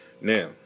now